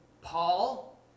Paul